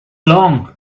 long